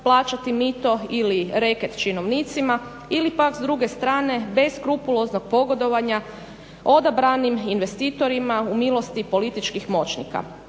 plaćati mito ili reket činovnicima ili pak s druge strane beskrupuloznog pogodovanja odabranim investitorima u milosti političkih moćnika.